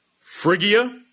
Phrygia